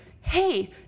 hey